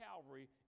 Calvary